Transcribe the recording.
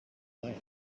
lamp